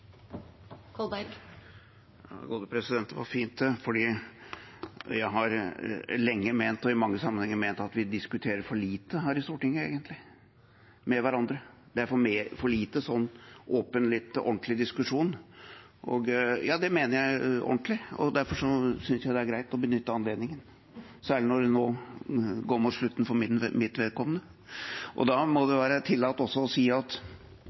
Det var fint, for jeg har lenge og i mange sammenhenger egentlig ment at vi diskuterer for lite med hverandre her i Stortinget. Det er for lite åpen og litt ordentlig diskusjon – det mener jeg. Derfor synes jeg det er greit å benytte anledningen, særlig når det nå går mot slutten for mitt vedkommende. Da må det også være tillatt – og at